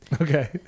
Okay